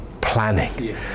planning